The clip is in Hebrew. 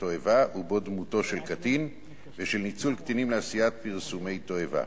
תועבה ובו דמותו של קטין ושל ניצול קטינים לעשיית פרסומי תועבה,